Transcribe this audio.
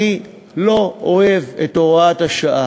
אני לא אוהב את הוראת השעה,